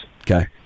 Okay